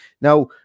now